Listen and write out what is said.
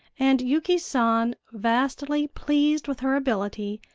and yuki san, vastly pleased with her ability,